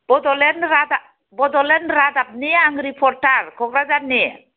बड'लेण्ड रादाब बड'लेण्ड रादाबनि आं रिपर्टार क'क्राझारनि